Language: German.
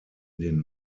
den